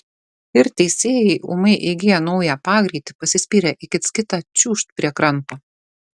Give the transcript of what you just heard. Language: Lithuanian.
ir teisėjai ūmai įgiję naują pagreitį pasispyrę į kits kitą čiūžt prie kranto